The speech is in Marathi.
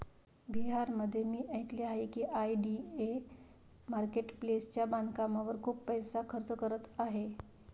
बिहारमध्ये मी ऐकले आहे की आय.डी.ए मार्केट प्लेसच्या बांधकामावर खूप पैसा खर्च करत आहे